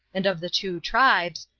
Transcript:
and of the two tribes,